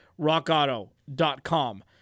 RockAuto.com